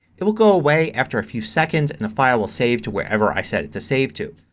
it will go away after a few seconds and the file will save to wherever i set it to save to.